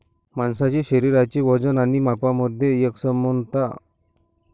माणसाचे शरीराचे वजन आणि मापांमध्ये एकसमानता असणे आवश्यक आहे